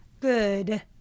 good